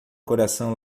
coração